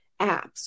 apps